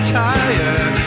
tired